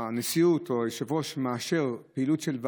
איווט שולט עליו.